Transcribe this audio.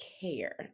care